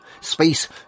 space